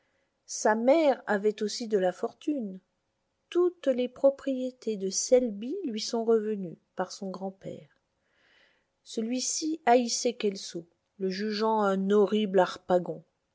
sa mère avait aussi de la fortune toutes les propriétés de selby lui sont revenues par son grand-père celui-ci haïssait kelso le jugeant un horrible harpagon